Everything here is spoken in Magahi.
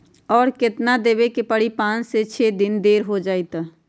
और केतना देब के परी पाँच से छे दिन देर हो जाई त?